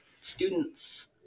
students